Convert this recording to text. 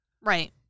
Right